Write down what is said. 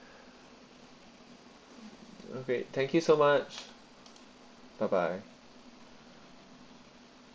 um great thank you so much bye bye